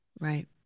Right